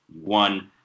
one